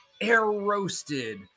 air-roasted